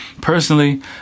Personally